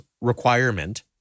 requirement